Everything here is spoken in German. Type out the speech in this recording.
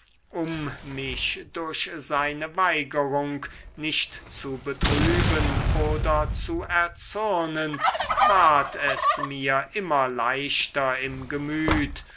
um mich durch seine weigerung nicht zu betrüben oder zu erzürnen ward es mir immer leichter im gemüt